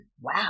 Wow